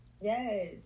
yes